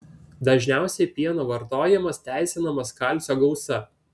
dažniausiai pieno vartojamas teisinamas kalcio gausa